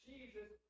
Jesus